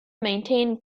maintain